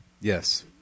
yes